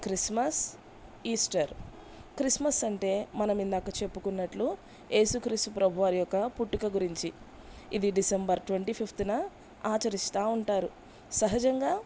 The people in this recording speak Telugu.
క్రిస్మస్ ఈస్టర్ క్రిస్మస్ అంటే మనం ఇందాక చెప్పుకున్నట్లు ఏసు క్రీసు ప్రభువారి యొక్క పుట్టుక గురించి ఇది డిసెంబర్ ట్వంటీ ఫిఫ్త్నా ఆచరిస్తూ ఉంటారు సహజంగా